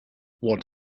what